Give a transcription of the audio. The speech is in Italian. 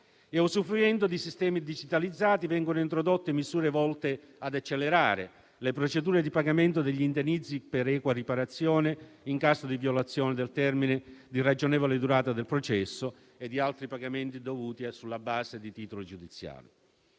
Usufruendo di sistemi digitalizzati, vengono introdotte misure volte ad accelerare le procedure di pagamento degli indennizzi per equa riparazione, in caso di violazione del termine di ragionevole durata del processo e di altri pagamenti dovuti sulla base di titolo giudiziale.